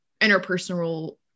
interpersonal